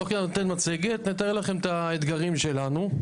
תוך כדי מצגת נתאר לכם את האתגרים שלנו.